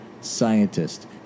scientist